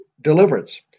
deliverance